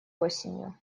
осенью